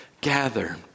gather